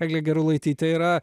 egle gerulaitytė yra